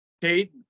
Kate